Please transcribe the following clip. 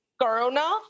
corona